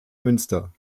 münster